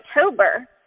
October